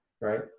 right